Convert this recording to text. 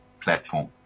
platform